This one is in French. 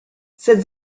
cette